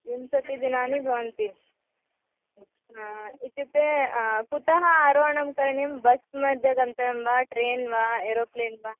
विंशतिदिनानि भवन्ति हा इत्युक्ते कुतः आरोहणं करणीयं बस्मध्ये गन्तव्यं वा ट्रेन् वा एरोप्लेन् वा